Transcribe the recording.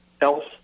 else